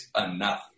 enough